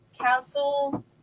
Council